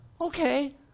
okay